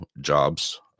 jobs